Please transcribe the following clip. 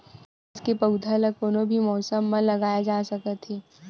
बांस के पउधा ल कोनो भी मउसम म लगाए जा सकत हे